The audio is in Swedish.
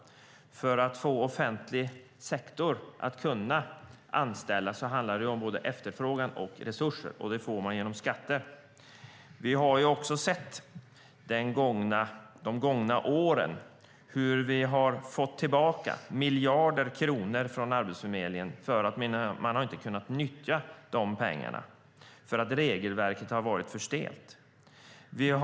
Men för att få offentlig sektor att kunna anställa krävs både efterfrågan och resurser, och det får man genom skatter. De gångna åren har vi fått tillbaka miljarder kronor från Arbetsförmedlingen. De har inte kunnat nyttja de pengarna; regelverket har varit för stelt.